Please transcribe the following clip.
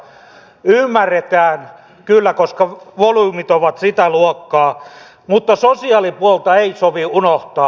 se ymmärretään kyllä koska volyymit ovat sitä luokkaa mutta sosiaalipuolta ei sovi unohtaa